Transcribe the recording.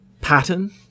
pattern